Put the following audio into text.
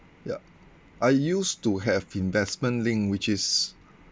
ya I used to have investment-linked which is